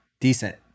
Decent